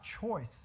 choice